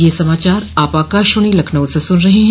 ब्रे क यह समाचार आप आकाशवाणी लखनऊ से सुन रहे हैं